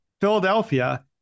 Philadelphia